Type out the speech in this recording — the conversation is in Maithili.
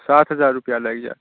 सात हजार रुपैआ लागि जायत